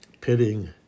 pitting